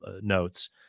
notes